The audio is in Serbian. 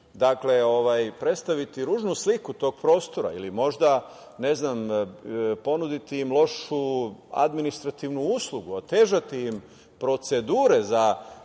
način predstaviti ružnu sliku tog prostora ili možda, ne znam, ponuditi im lošu administrativnu uslugu, otežati im procedure za